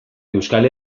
euskal